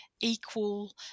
equal